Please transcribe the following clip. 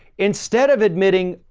instead of admitting,